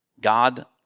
God